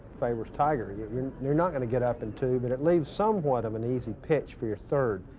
favors, tiger. yeah i mean you're not going to get up in and two. but it leaves somewhat of an easy pitch for your third.